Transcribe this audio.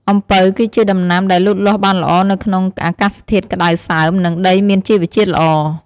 អំពៅ គឺជាដំណាំដែលលូតលាស់បានល្អនៅក្នុងអាកាសធាតុក្តៅសើម និងដីមានជីវជាតិល្អ។